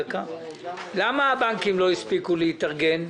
למה הבנקים לא הספיקו להתארגן?